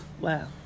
Wow